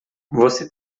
você